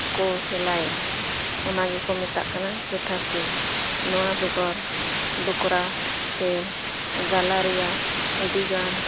ᱠᱚ ᱥᱮᱞᱟᱭᱟ ᱚᱱᱟᱜᱮᱠᱚ ᱢᱮᱛᱟᱜ ᱠᱟᱱᱟ ᱠᱮᱛᱷᱟ ᱥᱴᱤᱪ ᱱᱚᱣᱟ ᱵᱮᱜᱚᱨ ᱰᱳᱠᱨᱟ ᱥᱮ ᱜᱟᱞᱟ ᱨᱮᱭᱟᱜ ᱟᱹᱰᱤᱜᱟᱱ